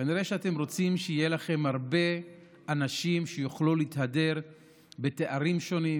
כנראה שאתם רוצים שיהיו לכם הרבה אנשים שיוכלו להתהדר בתארים שונים,